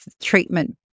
treatment